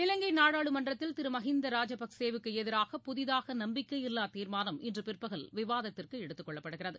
இலங்கைநாடாளுமன்றத்தில் திருமஹிந்தாராஜபக்ஷேவுக்குஎதிராக புதிதாகநம்பிக்கையில்லாதீர்மானம் இன்றுபிற்பகல் விவாதத்திற்குஎடுத்துக்கொள்ளப்படுகிறது